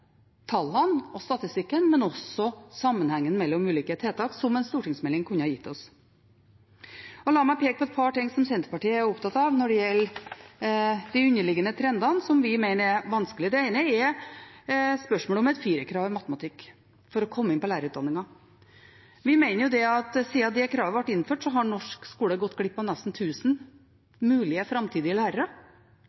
tallene og statistikken, og også sammenhengen mellom ulike tiltak, som en stortingsmelding kunne gitt oss. La meg peke på et par ting som Senterpartiet er opptatt av når det gjelder de underliggende trendene, som vi mener er vanskelige. Det ene er spørsmålet om et firerkrav i matematikk for å komme inn på lærerutdanningen. Vi mener at siden det kravet ble innført, har norsk skole gått glipp av nesten